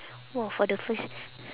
!wah! for the first